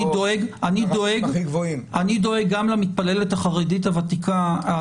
אני דואג גם למתפללת החרדית הוותיקה,